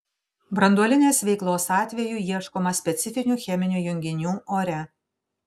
branduolinės veiklos atveju ieškoma specifinių cheminių junginių ore